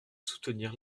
soutenir